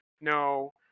No